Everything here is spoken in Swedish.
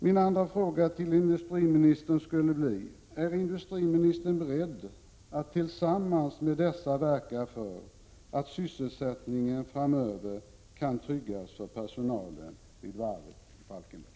Min andra fråga till industriministern skulle bli: Är industriministern beredd att verka för att sysselsättningen framöver kan tryggas för personalen vid varvet i Falkenberg?